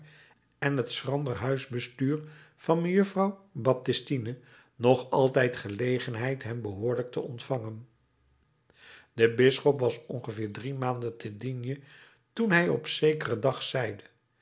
en het schrander huisbestuur van mejuffrouw baptistine nog altijd gelegenheid hem behoorlijk te ontvangen de bisschop was ongeveer drie maanden te d toen hij op zekeren dag zeide